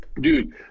Dude